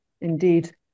indeed